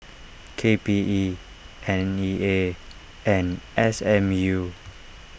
K P E N E A and S M U